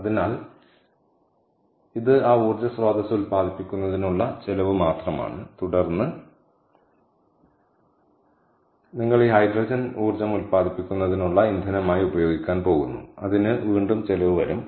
അതിനാൽ ഇത് ആ ഊർജ്ജ സ്രോതസ്സ് ഉൽപ്പാദിപ്പിക്കുന്നതിനുള്ള ചെലവ് മാത്രമാണ് തുടർന്ന് നിങ്ങൾ ഈ ഹൈഡ്രജൻ ഊർജ്ജം ഉൽപ്പാദിപ്പിക്കുന്നതിനുള്ള ഇന്ധനമായി ഉപയോഗിക്കാൻ പോകുന്നു അതിന് വീണ്ടും ചിലവ് വരും